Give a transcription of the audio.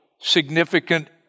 significant